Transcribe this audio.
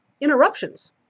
interruptions